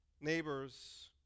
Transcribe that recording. Neighbors